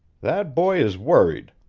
that boy is worried,